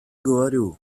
говорю